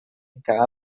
mica